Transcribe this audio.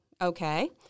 Okay